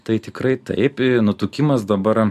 tai tikrai taip nutukimas dabar